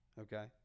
Okay